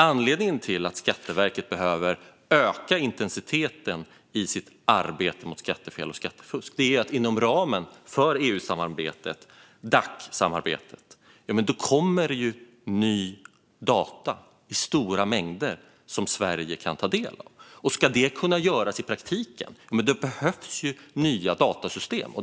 Anledningen till att Skatteverket behöver öka intensiteten i sitt arbete mot skattefel och skattefusk är att det inom ramen för EU-samarbetet, DAC-samarbetet, kommer nya data i stora mängder som Sverige kan ta del av. Ska detta kunna göras i praktiken behövs det nya datasystem.